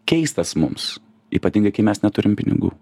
keistas mums ypatingai kai mes neturim pinigų